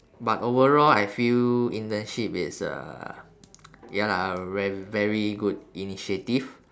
but overall I feel internship is uh ya lah a ver~ very good initiative